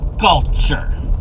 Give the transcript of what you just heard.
culture